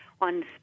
on